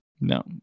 No